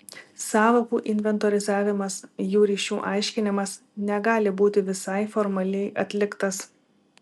sąvokų inventorizavimas jų ryšių aiškinimas negali būti visai formaliai atliktas